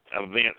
events